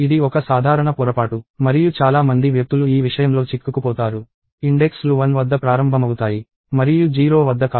ఇది ఒక సాధారణ పొరపాటు మరియు చాలా మంది వ్యక్తులు ఈ విషయంలో చిక్కుకుపోతారు ఇండెక్స్ లు 1 వద్ద ప్రారంభమవుతాయి మరియు 0 వద్ద కాదు